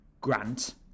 Grant